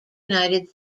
united